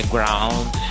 Ground